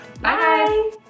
Bye